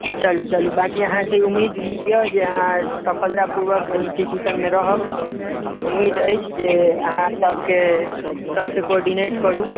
चलू चलू बाँकी अहाँसँ उम्मीद नीक रहत जे अहाँ सफलतापूर्वक इंस्टीच्युशनमे रहब उम्मीद अछि जे अहाँ सभकेँ ऊपरसँ कोर्डिनेट करू